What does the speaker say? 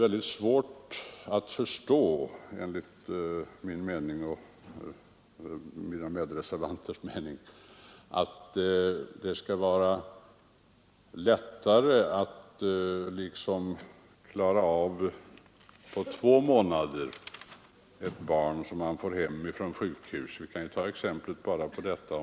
Enligt min och mina medreservanters mening är det svårt att förstå att det skall vara lättare att på två månader klara upp detta med att få hem ett barn från sjukhuset än att ta hem en normalt nyfödd baby.